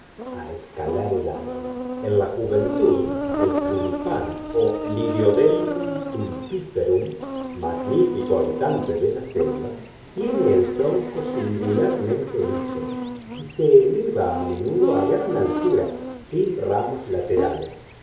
a escalar el árbol en la juventud el tulipán o liriodendron tulipiferum magnífico habitante de las selvas tiene el tronco singularmente liso y se eleva a menudo a gran altura sin ramas laterales